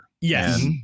Yes